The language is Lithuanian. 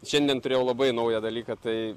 šiandien turėjau labai naują dalyką tai